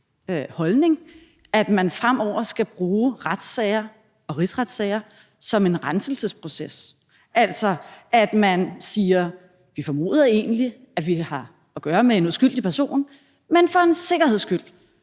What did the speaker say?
at man fremover skal bruge retssager og rigsretssager som en renselsesproces, altså at man siger: Vi formoder egentlig, at vi har at gøre med en uskyldig person, men for en sikkerheds skyld